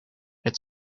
het